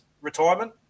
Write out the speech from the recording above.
retirement